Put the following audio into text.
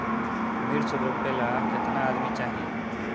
मिर्च रोपेला केतना आदमी चाही?